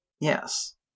Yes